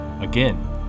Again